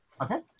Okay